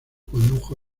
condujo